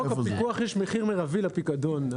בחוק הפיקוח יש מחיר מרבי לפיקדון,